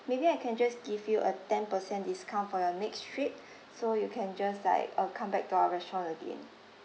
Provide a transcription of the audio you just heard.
maybe I can just give you a ten percent discount for your next trip so you can just like uh come back to our restaurant again